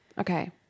Okay